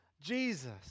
Jesus